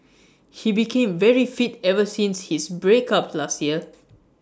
he became very fit ever since his break up last year